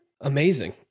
amazing